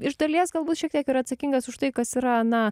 iš dalies galbūt šiek tiek yra atsakingas už tai kas yra na